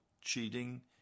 cheating